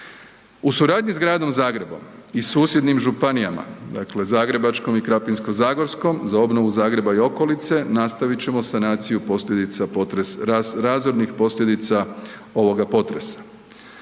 U suradnji s Gradom Zagrebom i susjednim županijama, dakle Zagrebačkom i Krapinsko-zagorskom, za obnovu Zagreba i okolice nastavit ćemo sanaciju posljedica potresa,